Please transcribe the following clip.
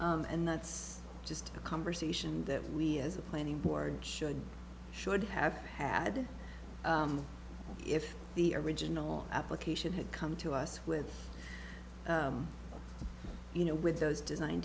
and that's just a conversation that we as a planning board should should have had if the original application had come to us with you know with those design